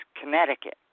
Connecticut